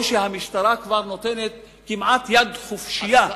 או שהמשטרה כבר נותנת כמעט יד חופשית.